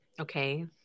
Okay